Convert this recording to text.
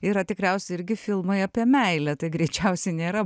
yra tikriausiai irgi filmai apie meilę tai greičiausiai nėra